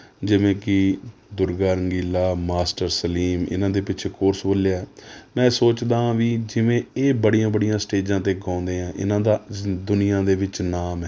ਜਿਵੇਂ ਕਿ ਦੁਰਗਾ ਰੰਗੀਲਾ ਮਾਸਟਰ ਸਲੀਮ ਇਹਨਾਂ ਦੇ ਪਿੱਛੇ ਕੋਰਸ ਬੋਲਿਆ ਮੈਂ ਸੋਚਦਾ ਹਾਂ ਵੀ ਜਿਵੇਂ ਇਹ ਬੜੀਆਂ ਬੜੀਆਂ ਸਟੇਜਾਂ 'ਤੇ ਗਾਉਂਦੇ ਆ ਇਹਨਾਂ ਦਾ ਜ਼ਿੰ ਦੁਨੀਆ ਦੇ ਵਿੱਚ ਨਾਮ ਹੈ